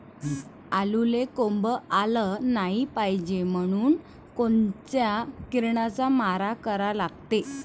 आलूले कोंब आलं नाई पायजे म्हनून कोनच्या किरनाचा मारा करा लागते?